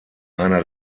einer